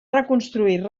reconstruir